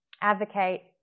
advocate